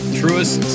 truest